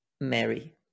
mary